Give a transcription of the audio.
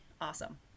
awesome